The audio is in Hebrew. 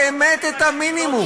באמת את המינימום.